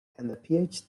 and